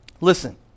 Listen